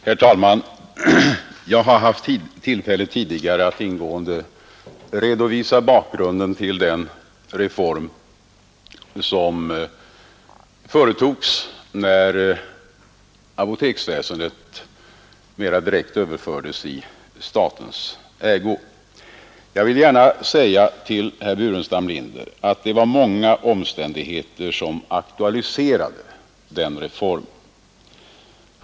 Herr talman! Jag har tidigare haft tillfälle att ingående redovisa bakgrunden till den reform som företogs när apoteksväsendet mera direkt överfördes i statens ägo. Jag vill gärna säga till herr Burenstam Linder att det var många omständigheter som aktualiserade den reformen.